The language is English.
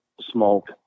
smoke